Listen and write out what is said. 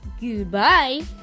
goodbye